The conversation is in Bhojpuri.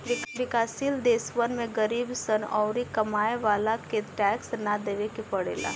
विकाश शील देशवन में गरीब सन अउरी कमाए वालन के टैक्स ना देवे के पड़ेला